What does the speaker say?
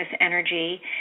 energy